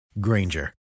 Granger